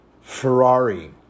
Ferrari